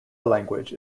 language